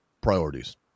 Priorities